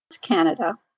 Canada